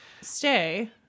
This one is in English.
stay